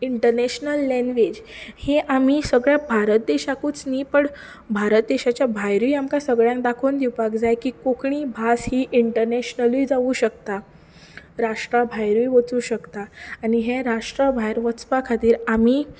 international language हें आमी सगळें भारत देशाकूच न्ही बट भारत देशाच्या भायरूय आमकां सगळ्यांक दाखोवन दिवपाक जाय की कोंकणी भास ही इंटर्नेशनलूय जावूं शकता राष्ट्रा भायरूय वचूं शकता आनी हें राष्ट्रा भायर वचपा खातीर आमी